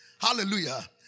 hallelujah